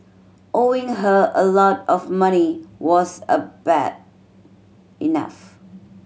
owing her a lot of money was a bad enough